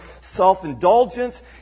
self-indulgence